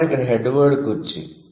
కాబట్టి ఇక్కడ head word కుర్చీ